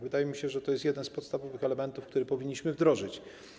Wydaje mi się, że to jest jeden z podstawowych elementów, które powinniśmy wdrożyć.